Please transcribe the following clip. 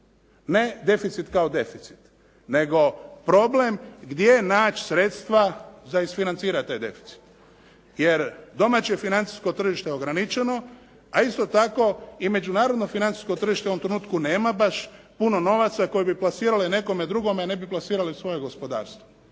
Ne deficit kao deficit nego problem gdje naći sredstva za isfinancirati taj deficit, jer domaće financijsko tržište je ograničeno, a isto tako i međunarodno financijsko tržište u ovom trenutku nema baš puno novaca koje bi plasirale nekome drugome, a ne bi plasirale svojem gospodarstvu.